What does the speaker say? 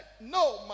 No